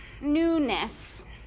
newness